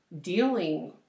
dealing